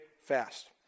fast